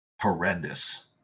horrendous